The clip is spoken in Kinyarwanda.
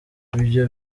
ibyo